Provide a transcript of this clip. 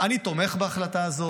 אני תומך בהחלטה הזאת.